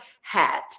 hat